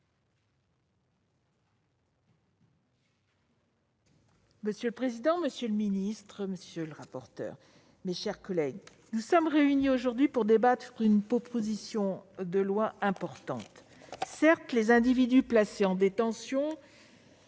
Monsieur le président, monsieur le garde des sceaux, mes chers collègues, nous sommes réunis aujourd'hui pour débattre d'une proposition de loi importante. Certes, les individus placés en détention